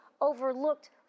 overlooked